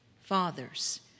Fathers